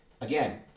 again